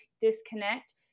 disconnect